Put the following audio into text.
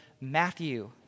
Matthew